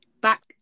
back